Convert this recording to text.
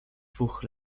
dwóch